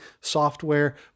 software